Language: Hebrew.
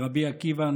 ברבי עקיבא,